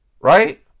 Right